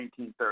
1930